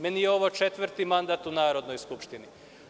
Meni je ovo četvrti mandat u Narodnoj skupštini.